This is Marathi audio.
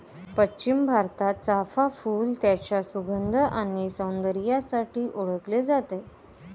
पश्चिम भारतात, चाफ़ा फूल त्याच्या सुगंध आणि सौंदर्यासाठी ओळखले जाते